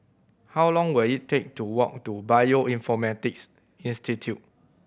how long will it take to walk to Bioinformatics Institute